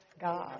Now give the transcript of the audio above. God